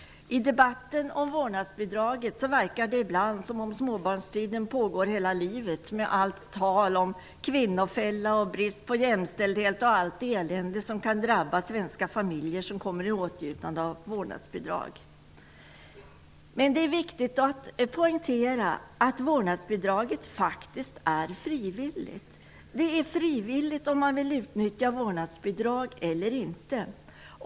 I debatten om vårdnadsbidraget verkar det ibland som om småbarnstiden pågår hela livet, med allt tal om kvinnofälla, brist på jämställdhet och allt elände som kan drabba svenska familjer som kommer i åtnjutande av vårdnadsbidrag. Det är viktigt att poängtera att vårdnadsbidraget är frivilligt. Det är frivilligt om man vill utnyttja vårdnadsbidrag eller inte.